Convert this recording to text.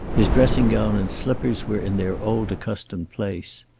his dressing-gown and slippers were in their old accustomed place.